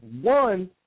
one